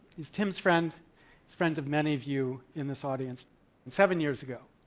he's tim's friend. he's friends of many of you in this audience, and seven years ago,